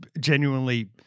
genuinely